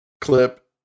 clip